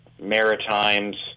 Maritimes